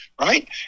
right